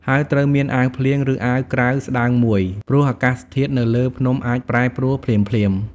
ហើយត្រូវមានអាវភ្លៀង ឬអាវក្រៅស្តើងមួយ ព្រោះអាកាសធាតុនៅលើភ្នំអាចប្រែប្រួលភ្លាមៗ។